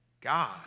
God